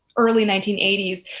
early nineteen eighty s,